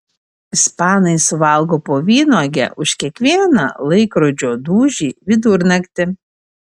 ispanai suvalgo po vynuogę už kiekvieną laikrodžio dūžį vidurnaktį